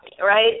Right